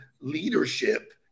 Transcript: leadership